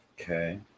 Okay